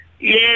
Yes